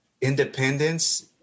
independence